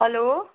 hello